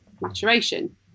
maturation